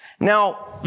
Now